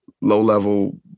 low-level